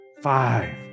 five